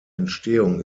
entstehung